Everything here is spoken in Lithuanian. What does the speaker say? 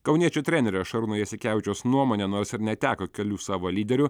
kauniečių trenerio šarūno jasikevičiaus nuomone nors ir neteko kelių savo lyderių